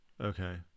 Okay